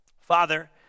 Father